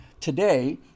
today